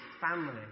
family